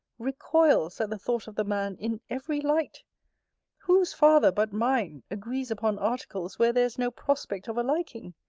recoils, at the thought of the man, in every light whose father, but mine, agrees upon articles where there is no prospect of a liking?